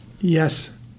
Yes